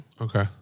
Okay